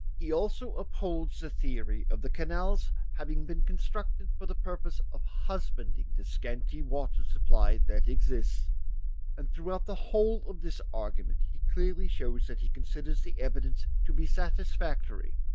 he also upholds the theory of the canals having been constructed for the purpose of husbanding the scanty water-supply that exists and throughout the whole of this argument he clearly shows that he considers the evidence to be satisfactory,